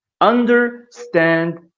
understand